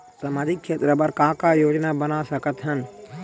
सामाजिक क्षेत्र बर का का योजना बना सकत हन?